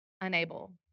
unable